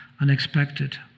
unexpected